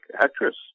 actress